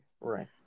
Right